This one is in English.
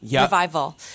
revival